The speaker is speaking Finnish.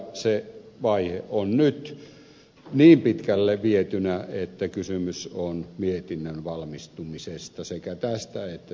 se vaihe on nyt niin pitkälle vietynä että kysymys on mietinnön valmistumisesta sekä tästä että tietojärjestelmästä